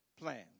plans